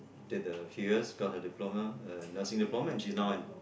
did the three years got her diploma uh nursing diploma and she's now an